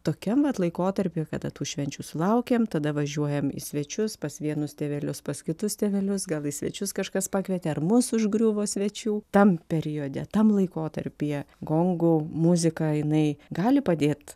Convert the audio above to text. tokiam vat laikotarpy kada tų švenčių sulaukiam tada važiuojam į svečius pas vienus tėvelius pas kitus tėvelius gal į svečius kažkas pakvietė ar mus užgriuvo svečių tam periode tam laikotarpyje gongų muzika jinai gali padėt